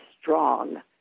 strong